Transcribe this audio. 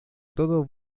todo